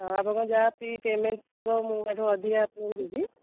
ହଁ ଆପଣଙ୍କର ଯାହା ଫି ପ୍ୟାମେଣ୍ଟ ଥିବ ମୁଁ ତାଠୁ ଅଧିକା ଆପଣଙ୍କୁ ଦେବି